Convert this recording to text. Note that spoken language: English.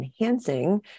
enhancing